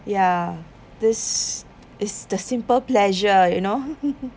ya this is the simple pleasure you know